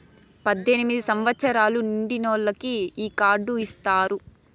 పద్దెనిమిది సంవచ్చరాలు నిండినోళ్ళకి ఈ కార్డు ఇత్తారు